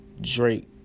Drake